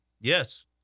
Yes